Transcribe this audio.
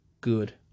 good